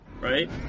right